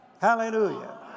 Hallelujah